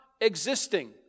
existing